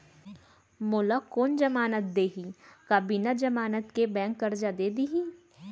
मोला कोन जमानत देहि का बिना जमानत के बैंक करजा दे दिही?